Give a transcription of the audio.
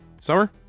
Summer